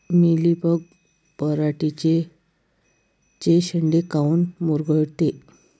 Mealybug पराटीचे चे शेंडे काऊन मुरगळते?